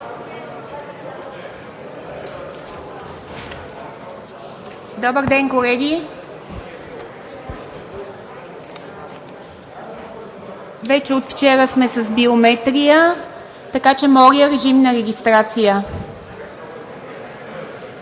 Добър ден, колеги! Вече от вчера сме с биометрия, така че моля, режим на регистрация.